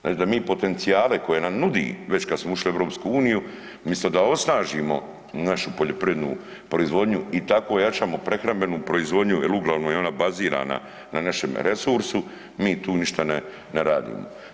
Znači da mi potencijale koje nam nudi, već kad smo ušli u EU umjesto da osnažimo našu poljoprivrednu proizvodnju i tako ojačamo prehrambenu proizvodnju jer uglavnom je ona bazirana na našem resursu, mi tu ništa ne radimo.